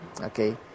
okay